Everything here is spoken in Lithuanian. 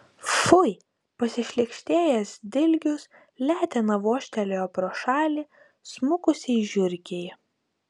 fui pasišlykštėjęs dilgius letena vožtelėjo pro šalį smukusiai žiurkei